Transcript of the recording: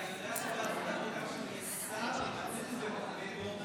אתה יודע שבארצות הברית יש עכשיו שר לטפל בביורוקרטיה?